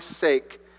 sake